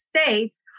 States